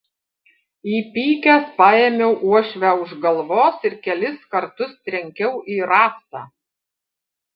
įpykęs paėmiau uošvę už galvos ir kelis kartus trenkiau į rąstą